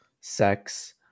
sex